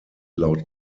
laut